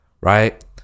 right